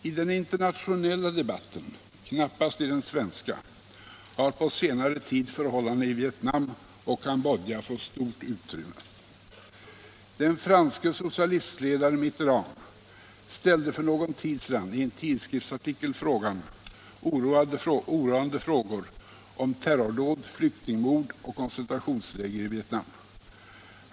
I den internationella debatten, knappast i den svenska, har på senare tid förhållandena i Vietnam och Cambodja fått stort utrymme. Den franske socialistledaren Mitterrand ställde för någon tid sedan i en tidskriftsartikel oroande frågor om terrordåd, flyktingmord och koncentrationsläger i Vietnam.